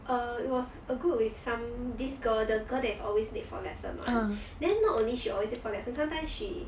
err it was a group with some this girl the girl that's always late for lesson [one] then not only she always late for lessons sometimes she